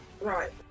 Right